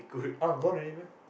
all gone already meh